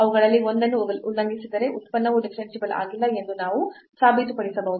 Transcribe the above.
ಅವುಗಳಲ್ಲಿ ಒಂದನ್ನು ಉಲ್ಲಂಘಿಸಿದರೆ ಉತ್ಪನ್ನವು ಡಿಫರೆನ್ಸಿಬಲ್ ಆಗಿಲ್ಲ ಎಂದು ನಾವು ಸಾಬೀತುಪಡಿಸಬಹುದು